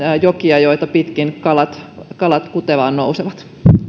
jokia joita pitkin kalat kalat nousevat